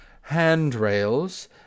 handrails